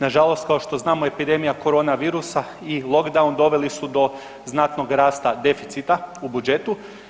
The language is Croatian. Nažalost kao što znamo, epidemija koronavirusa i lockdown doveli su do znatnog rasta deficita u budžetu.